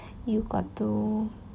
you got to